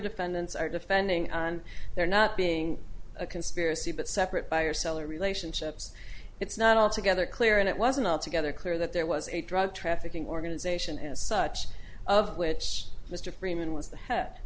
defendants are defending and they're not being a conspiracy but separate buyer seller relationships it's not altogether clear and it wasn't altogether clear that there was a drug trafficking organization as such of which mr freeman was the